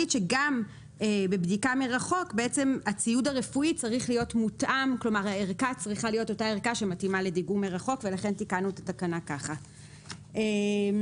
יבוא: "(6)מתן הרשאה בכתב לדוגמים מרחוק לפי תקנה 14ב(א),